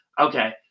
Okay